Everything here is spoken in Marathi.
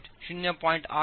85 f'mt0